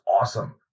awesome